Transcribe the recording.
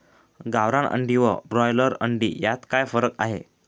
गावरान अंडी व ब्रॉयलर अंडी यात काय फरक आहे?